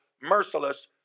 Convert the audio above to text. merciless